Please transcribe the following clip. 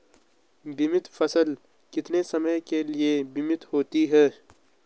बीमित फसल कितने समय के लिए बीमित होती है?